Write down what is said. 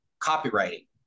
copywriting